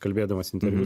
kalbėdamas interviu